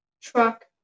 truck